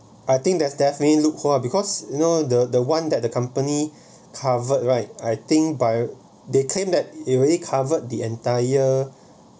I think there's definitely look for because you know the the one that the company covered right I think by they claim that it really covered the entire